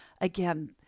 Again